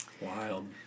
Wild